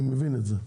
אני מבין את זה,